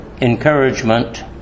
encouragement